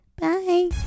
Bye